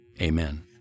Amen